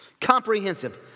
Comprehensive